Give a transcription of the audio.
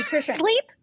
Sleep